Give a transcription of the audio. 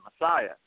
Messiah